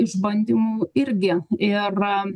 išbandymų irgi ir